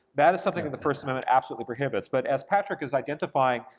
that is something that the first amendment absolutely prohibits, but as patrick is identifying,